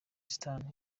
stars